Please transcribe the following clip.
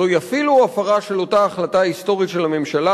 זוהי אפילו הפרה של אותה החלטה היסטורית של הממשלה